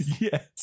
Yes